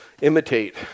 imitate